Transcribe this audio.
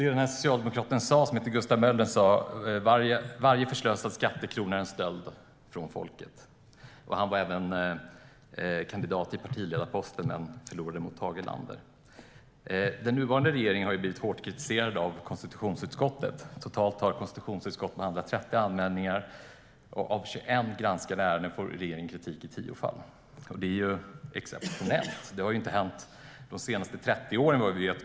Det som denna socialdemokrat, Gustav Möller, sa var att varje förslösad skattekrona är en stöld från folket. Han var kandidat till partiledarposten men förlorade mot Tage Erlander. Den nuvarande regeringen har blivit hårt kritiserad av konstitutionsutskottet. Totalt har konstitutionsutskottet behandlat 30 anmälningar. Av 21 granskade ärenden får regeringen kritik i tio fall. Det är exceptionellt och har inte hänt de senaste 30 åren, vad vi vet.